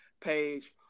page